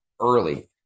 early